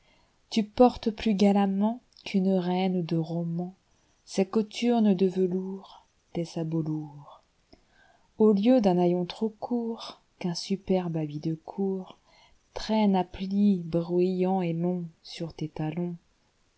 tu portes plus galammentou une reine de romanses cothurnes de velourstes sabots lourds au lieu d'un haillon trop court qu'un superbe habit de courtraîne à plis bruyants et longssur tes liions